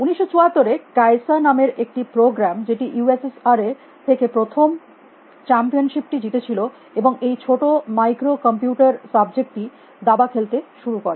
1974 এ ক্যায়সা নামের একটি প্রোগ্রাম যেটি ইউএসএসআর এর কোথাও থেকে প্রথম চেস চ্যাম্পিয়নশিপ টি জিতে ছিল এবং এই ছোট মাইক্রো কম্পিউটার সাবজেক্ট টি 1977 এ দাবা খেলতে শুরু করে